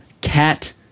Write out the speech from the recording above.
cat